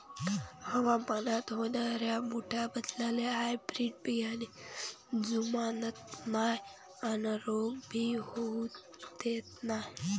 हवामानात होनाऱ्या मोठ्या बदलाले हायब्रीड बियाने जुमानत नाय अन रोग भी होऊ देत नाय